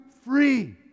free